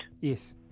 Yes